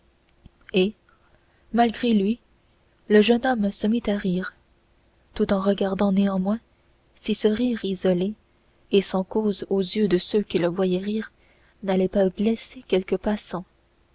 et malgré lui le jeune homme se mit à rire tout en regardant néanmoins si ce rire isolé et sans cause aux yeux de ceux qui le voyaient rire n'allait pas blesser quelque passant